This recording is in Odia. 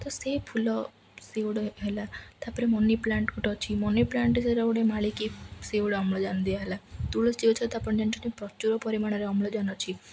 ତ ସେ ଫୁଲ ସେ ଗୋଡ଼େ ହେଲା ତା'ପରେ ମନି ପ୍ଲାଣ୍ଟ୍ ଗୋଟେ ଅଛି ମନି ପ୍ଲାଣ୍ଟ୍ ସେଟା ଗୋଟେ ମାଳିକି ସେ ଗୋଡ଼େ ଅମ୍ଳଜାନ୍ ଦିଆହେଲା ତୁଳସୀ ଗଛ ତ ଆପଣ ଜାଣିଛନ୍ତି ଯେ ପ୍ରଚୁର ପରିମାଣରେ ଅମ୍ଳଜାନ୍ ଅଛି